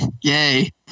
Yay